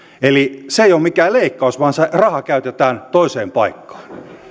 eli se ei ole mikään leikkaus vaan se raha käytetään toiseen paikkaan